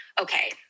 okay